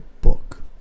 book